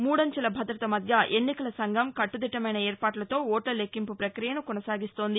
మూడంచెల భద్రత మధ్య ఎన్నికల సంఘం కట్టుదిట్టమైన ఏర్పాట్లతో ఓట్ల లెక్కింపు ప్రక్రియను కొనసాగిస్తోంది